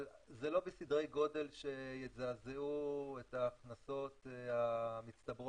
אבל זה לא בסדרי גודל שיזעזעו את ההכנסות המצטברות